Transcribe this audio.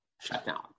shutdown